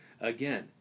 Again